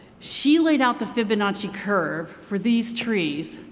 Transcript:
she laid out the fibonacci curve for these trees,